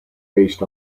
based